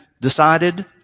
decided